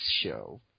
Show